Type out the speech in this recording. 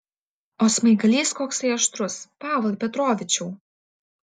o smaigalys koksai aštrus pavlai petrovičiau